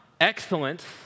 excellence